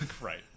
Right